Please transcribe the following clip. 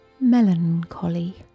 melancholy